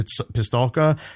Pistolka